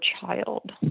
child